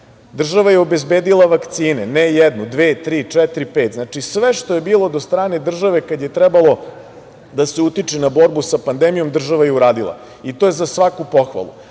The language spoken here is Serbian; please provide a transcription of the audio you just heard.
država je obezbedila vakcine, ne jednu, dve, tri, četiri, pet. Znači, sve što je bilo do strane države kada je trebalo da se utiče na borbu sa pandemijom, država je uradila. To je za svaku pohvalu,